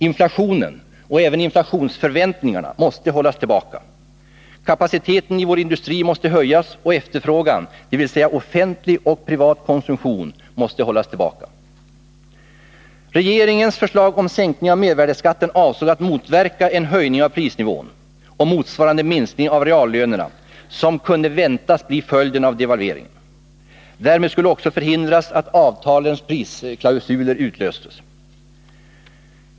Inflationen, och även inflationsförväntningarna, måste hållas tillbaka, kapaciteten i vår industri måste höjas och efterfrågan, dvs. offentlig och privat konsumtion, hållas tillbaka. Regeringens förslag om sänkning av mervärdeskatten avsåg att motverka den höjning av prisnivån och motsvarande minskning av reallönerna som kunde väntas bli följden av devalveringen. Därmed skulle också förhindras att avtalens prisklausuler utlöstes.